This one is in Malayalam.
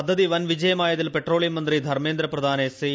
പദ്ധതി വൻ വിജയമായതിൽ പെട്രോളിയം മന്ത്രി ധരമ്മേന്ദ്ര പ്രധാനെ ശ്രീ